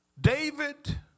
David